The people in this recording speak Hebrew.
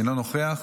אינו נוכח,